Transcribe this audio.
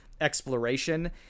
exploration